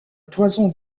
toison